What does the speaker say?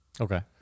Okay